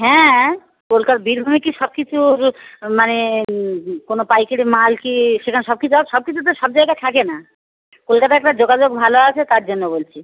হ্যাঁ কলকা বীরভূমে কি সব কিছু মানে কোনো পাইকিরি মাল কি সেখানে সব কিছু আছ সব কিছু তো সব জায়গায় থাকে না কলকাতায় একটা যোগাযোগ ভালো আছে তার জন্য বলছি